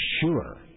sure